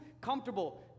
comfortable